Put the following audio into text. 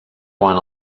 quan